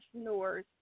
entrepreneurs